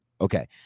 Okay